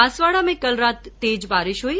बांसवाड़ा में कल रात तेज बारिश हुई